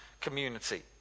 community